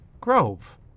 Grove